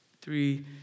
Three